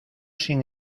sin